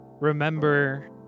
remember